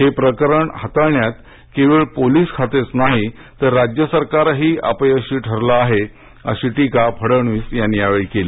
हे प्रकरण हाताळण्यात केवळ पोलीस खातेच नाही तर राज्य सरकारही अपयशी ठरले आहे अशी टीका फडणवीस यांनी यावेळी केली